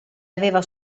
aveva